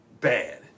bad